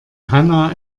hanna